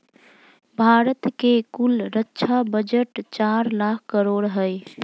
भारत के कुल रक्षा बजट चार लाख करोड़ हय